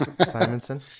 Simonson